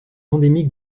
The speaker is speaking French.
endémique